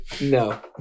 no